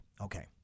Okay